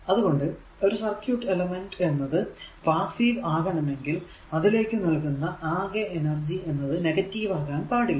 അതുകൊണ്ടു ഒരു circuit element r എന്നത് പാസ്സീവ് ആകണമെങ്കിൽ അതിലേക്കു നൽകുന്ന ആകെ എനർജി എന്നത് നെഗറ്റീവ് അകാൻ പാടില്ല